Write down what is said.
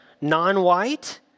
non-white